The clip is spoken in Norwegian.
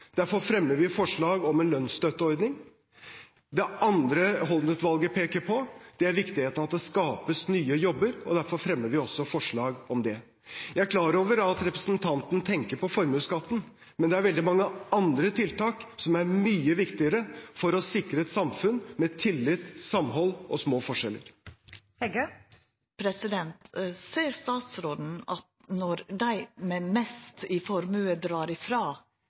Derfor fremmer vi forslag om en lønnsstøtteordning. Det andre Holden-utvalget peker på, er viktigheten av at det skapes nye jobber, og derfor fremmer vi også forslag om det. Jeg er klar over at representanten tenker på formuesskatten, men det er veldig mange andre tiltak som er mye viktigere for å sikre et samfunn med tillit, samhold og små forskjeller. Ser statsråden at når dei med mest i formue drar